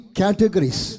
categories